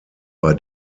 bei